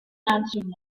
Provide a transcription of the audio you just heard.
national